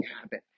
habit